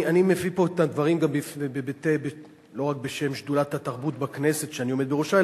אני מביא פה את הדברים לא רק בשם שדולת התרבות בכנסת שאני עומד בראשה,